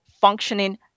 functioning